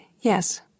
Yes